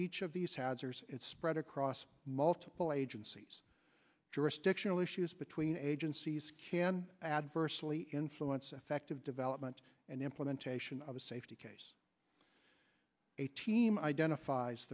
each of these hazards its spread across multiple agencies jurisdictional issues between agencies can adversely influence effective development and implementation of a safety case a team identifies